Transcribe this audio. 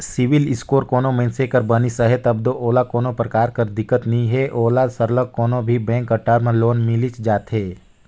CIBIL score कोनो मइनसे कर बनिस अहे तब दो ओला कोनो परकार कर दिक्कत नी हे ओला सरलग कोनो भी बेंक कर टर्म लोन मिलिच जाथे